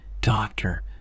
doctor